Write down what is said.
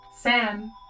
Sam